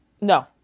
No